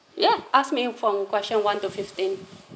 yeah asked me from question one to fifteen